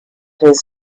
his